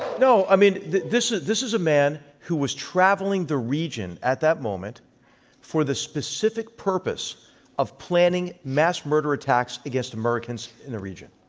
no, i mean, this this is a man who was traveling the region at that moment for the specific purpose of planning mass murder attacks against americans in a region,